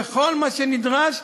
בכל מה שנדרש,